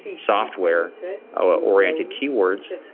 software oriented keywords,